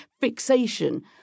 fixation